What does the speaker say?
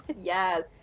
Yes